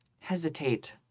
hesitate